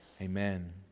Amen